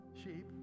Sheep